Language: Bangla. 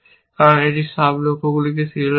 কারণ এটি সাব লক্ষ্যগুলিকে সিরিয়ালাইজ করে